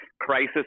crisis